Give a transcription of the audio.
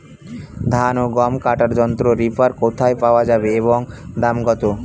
ধান ও গম কাটার যন্ত্র রিপার কোথায় পাওয়া যাবে এবং দাম কত?